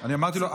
אני אמרתי לו.